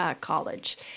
College